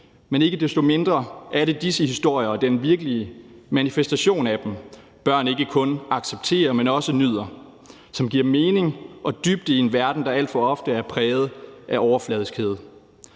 men ikke desto mindre er det disse historier og den virkelige manifestation af dem, børn ikke kun accepterer, men også nyder, og som giver mening og dybde i en verden, der alt for ofte er præget af overfladiskhed.